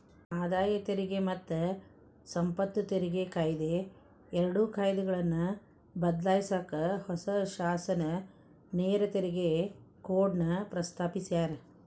ಆದಾಯ ತೆರಿಗೆ ಮತ್ತ ಸಂಪತ್ತು ತೆರಿಗೆ ಕಾಯಿದೆ ಎರಡು ಕಾಯ್ದೆಗಳನ್ನ ಬದ್ಲಾಯ್ಸಕ ಹೊಸ ಶಾಸನ ನೇರ ತೆರಿಗೆ ಕೋಡ್ನ ಪ್ರಸ್ತಾಪಿಸ್ಯಾರ